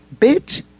Bitch